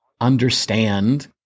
understand